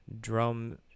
Drum